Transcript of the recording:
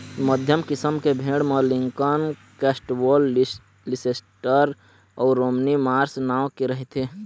मध्यम किसम के भेड़ म लिंकन, कौस्टवोल्ड, लीसेस्टर अउ रोमनी मार्स नांव के रहिथे